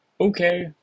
Okay